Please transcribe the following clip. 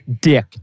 dick